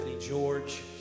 George